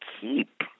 keep